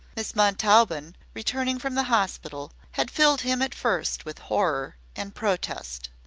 miss montaubyn, returning from the hospital, had filled him at first with horror and protest.